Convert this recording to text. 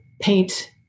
paint